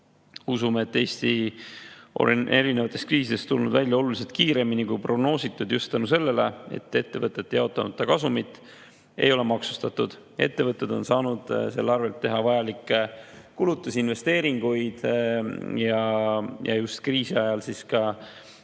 Usume, et Eesti on erinevatest kriisidest tulnud välja oluliselt kiiremini, kui prognoositud, just tänu sellele, et ettevõtete jaotamata kasumit ei ole maksustatud. Ettevõtted on saanud selle arvelt teha vajalikke kulutusi, investeeringuid ja just kriisi ajal on olnud neil